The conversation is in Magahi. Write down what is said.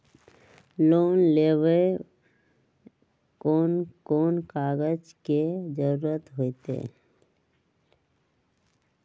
लोन लेवेला कौन कौन कागज के जरूरत होतई?